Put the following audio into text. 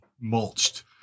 mulched